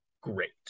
great